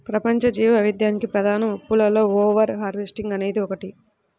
ప్రపంచ జీవవైవిధ్యానికి ప్రధాన ముప్పులలో ఓవర్ హార్వెస్టింగ్ అనేది ఒకటి